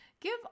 Give